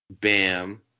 Bam